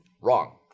wrong